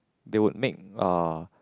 they would make uh